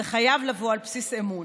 זה חייב לבוא על בסיס אמון.